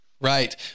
right